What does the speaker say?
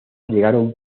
llegaron